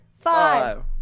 five